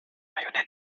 marionette